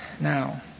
now